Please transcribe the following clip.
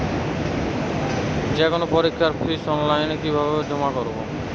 যে কোনো পরীক্ষার ফিস অনলাইনে কিভাবে জমা করব?